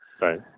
Right